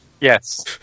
yes